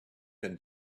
been